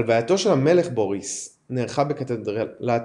הלווייתו של המלך בוריס נערכה בקתדרלת